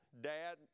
dad